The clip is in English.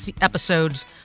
episodes